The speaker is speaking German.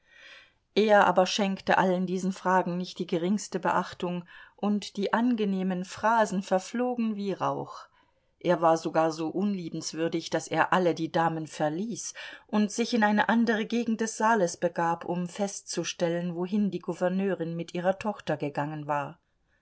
er aber schenkte allen diesen fragen nicht die geringste beachtung und die angenehmen phrasen verflogen wie rauch er war sogar so unliebenswürdig daß er alle die damen verließ und sich in eine andere gegend des saales begab um festzustellen wohin die gouverneurin mit ihrer tochter gegangen war